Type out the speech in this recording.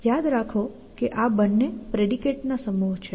યાદ રાખો કે આ બંને પ્રેડિકેટ્સ ના સમૂહ છે